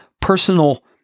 personal